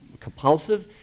compulsive